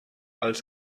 als